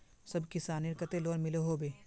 सब किसानेर केते लोन मिलोहो होबे?